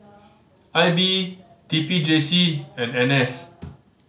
I B T P J C and N S